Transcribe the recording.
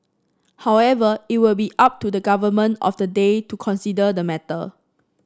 however it will be up to the government of the day to consider the matter